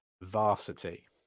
Varsity